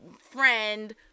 friend